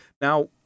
now